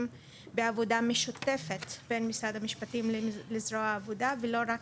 בעבודה משותפת בין משרד המשפטים לזרוע העבודה ולא רק